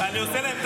ואני עושה להם,